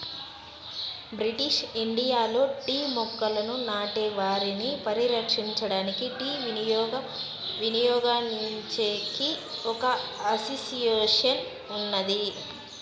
British ఇండియాలో tea మొక్కలను నాటే వారిని పరిరక్షించడానికి, టీ వినియోగాన్నిపెంచేకి ఒక అసోసియేషన్ ఉన్నాది